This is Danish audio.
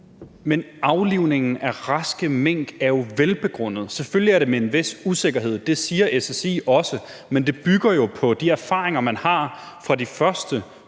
Men aflivningen af raske mink er jo velbegrundet. Selvfølgelig er det med en vis usikkerhed, det siger SSI også, men det bygger jo på de erfaringer, man har fra de første